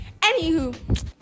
Anywho